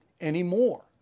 anymore